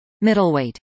Middleweight